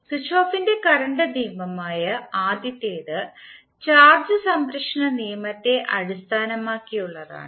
കിർചോഫിന്റെ കറണ്ട് നിയമമായ Kirchhoff's current law ആദ്യത്തേത് ചാർജ് സംരക്ഷണ നിയമത്തെ അടിസ്ഥാനമാക്കിയുള്ളതാണ്